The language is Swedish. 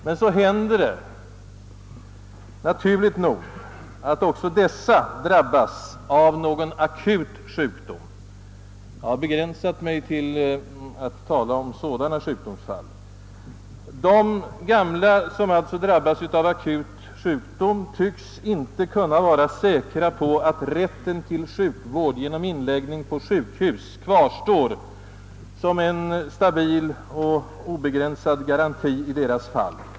Men så händer det naturligt nog, att dessa människor drabbas av någon akut sjukdom — jag har begränsat min fråga till sådana sjukdomsfall. De gamla som drabbas av en akut sjukdom tycks inte kunna vara säkra på att rätten till sjukvård genom inläggning på sjukhus kvarstår som en stabil och obegränsad garanti i deras fall.